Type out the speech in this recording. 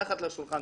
מתחת לשולחן,